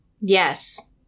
yes